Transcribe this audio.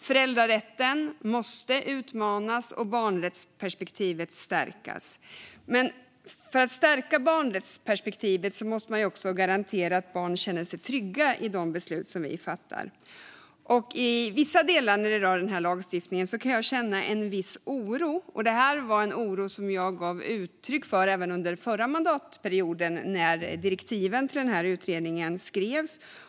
Föräldrarätten måste utmanas och barnrättsperspektivet stärkas, men för att stärka barnrättsperspektivet måste man också garantera att barn känner sig trygga med de beslut som fattas. Jag kan känna en viss oro för vissa delar av denna lagstiftning. Denna oro gav jag uttryck för även under den förra mandatperioden, när direktiven till utredningen skrevs.